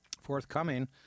forthcoming